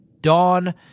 Dawn